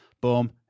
Boom